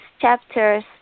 chapters